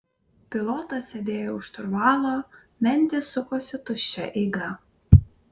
pilotas sėdėjo už šturvalo mentės sukosi tuščia eiga